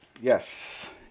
yes